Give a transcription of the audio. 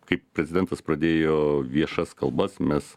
kaip prezidentas pradėjo viešas kalbas mes